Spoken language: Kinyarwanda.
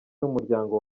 n’umuryango